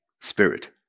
spirit